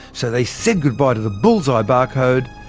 so they said goodbye to the bullseye barcode,